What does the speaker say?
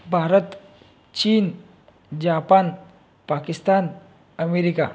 भारत चीन Japan Pakistan America